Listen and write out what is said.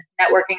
networking